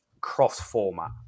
cross-format